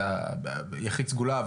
אתה יחיד סגולה.